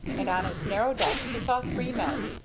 and on its narrow deck he saw three men,